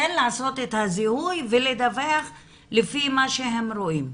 כן לעשות את הזיהוי ולדווח לפי מה שהם רואים.